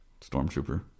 stormtrooper